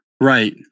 Right